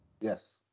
Yes